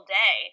day